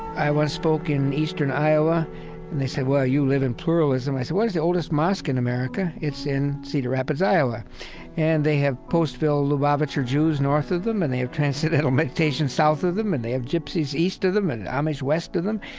i once spoke in eastern iowa and they said, well, you live in pluralism i said, where's the oldest mosque in american? it's in cedar rapids, iowa and they have postville lubavitcher jews north of them, and they have transcendental meditation south of them, and they have gypsies east of them, and amish west of them.